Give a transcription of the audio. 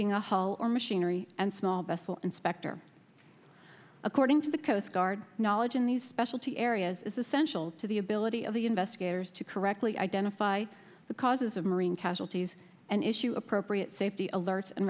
being a hall or machinery and small vessel inspector according to the coast guard knowledge in these specialty areas is essential to the ability of the investigators to correctly identify the causes of marine casualties and issue appropriate safety alerts and